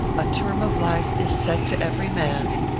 a term of life is set to every man,